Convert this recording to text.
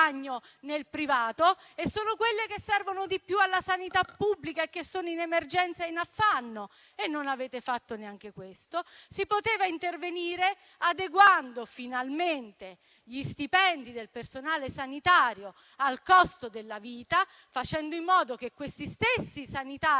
nel privato e sono quelle che servono di più alla sanità pubblica e che sono in emergenza e in affanno. Non avete fatto neanche questo. Si poteva intervenire adeguando finalmente gli stipendi del personale sanitario al costo della vita, facendo in modo che questi stessi sanitari,